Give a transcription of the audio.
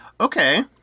okay